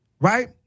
right